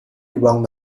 won